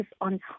on